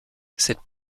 cette